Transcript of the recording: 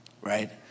Right